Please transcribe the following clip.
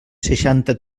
seixanta